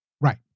Right